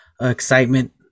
excitement